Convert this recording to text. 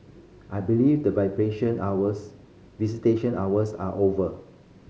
I believe the hours visitation hours are over